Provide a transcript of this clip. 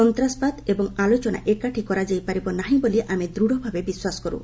ସନ୍ତ୍ରାସବାଦ ଏବଂ ଆଲୋଚନା ଏକାଠି କରାଯାଇ ପାରିବ ନାହିଁ ବୋଲି ଆମେ ଦୂଢ଼ଭାବେ ବିଶ୍ୱାସ କରୁ